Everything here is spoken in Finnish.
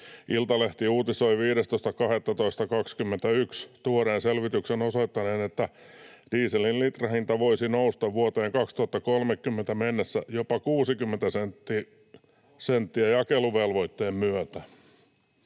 Iltalehti uutisoi 15.12.21 tuoreen selvityksen osoittaneen, että dieselin litrahinta voisi nousta vuoteen 2030 mennessä jopa 60 senttiä jakeluvelvoitteen myötä.